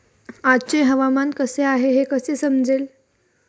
आजचे हवामान कसे आहे हे कसे समजेल?